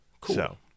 cool